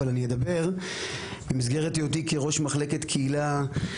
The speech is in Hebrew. אבל אני אדבר במסגרת היותי ראש מחלקת קהילה,